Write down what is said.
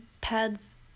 pads